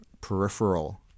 peripheral